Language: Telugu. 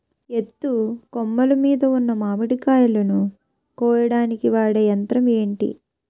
ఎత్తు కొమ్మలు మీద ఉన్న మామిడికాయలును కోయడానికి వాడే యంత్రం ఎంటి?